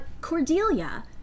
Cordelia